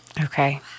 Okay